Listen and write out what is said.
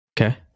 Okay